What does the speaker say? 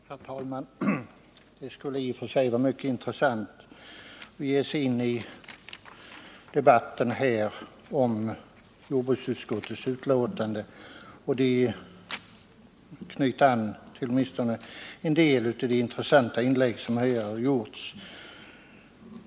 Herr talman! Det skulle i och för sig vara mycket intressant att ge sig in i den debatt som förts med anledning av jordbruksutskottets betänkande nr 30 och att knyta an till åtminstone en del av de intressanta inlägg som här har gjorts.